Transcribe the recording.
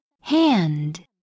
Hand